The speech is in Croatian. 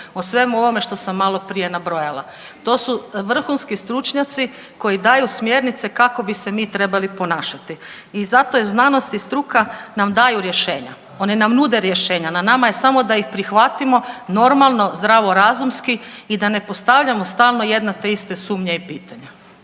o svemu ovome što sam maloprije nabrojala. To su vrhunski stručnjaci koji daju smjernice kako bi se mi trebali ponašati. I zato je znanost i struka nam daju rješenja, oni nam nude rješenja, na nama je samo da ih prihvatimo normalno zdravorazumski i da ne postavljamo samo jedne te iste sumnje i pitanja.